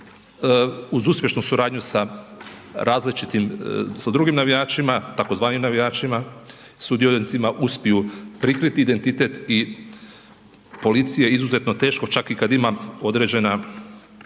uz uspješnu suradnju sa različitim sa drugim navijačima tzv. navijačima sudionicima uspiju prikriti identitet i policije izuzetno je teško čak i kada ima određena